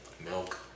Milk